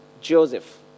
Joseph